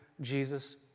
Jesus